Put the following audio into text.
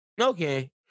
Okay